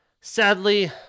Sadly